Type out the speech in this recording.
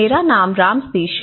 मेरा नाम राम सतीश है